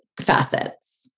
facets